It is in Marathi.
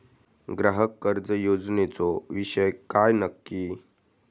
ग्राहक कर्ज योजनेचो विषय काय नक्की?